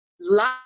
life